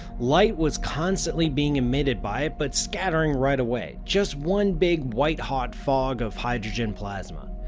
light was constantly being emitted by it but scattering right away. just one big white-hot fog of hydrogen plasma.